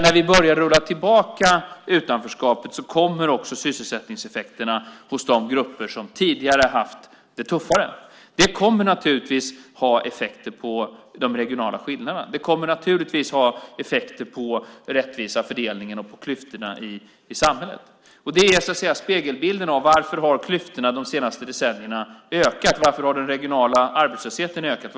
När vi börjar rulla tillbaka utanförskapet kommer också sysselsättningseffekterna hos de grupper som tidigare har haft det tuffare. Det kommer naturligtvis att ha effekter på de regionala skillnaderna. Det kommer naturligtvis att ha effekter på den rättvisa fördelningen och på klyftorna i samhället. Det är spegelbilden av varför klyftorna har ökat de senaste decennierna. Och varför har den regionala arbetslösheten ökat?